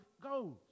goes